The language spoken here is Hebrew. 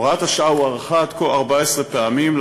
הוראת השעה הוארכה עד כה 14 פעמים,